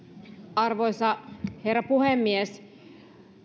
arvoisa herra puhemies